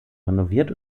renoviert